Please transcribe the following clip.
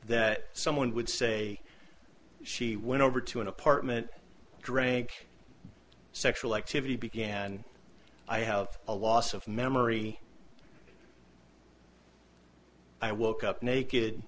that someone would say she went over to an apartment drank sexual activity began i have a loss of memory i woke up naked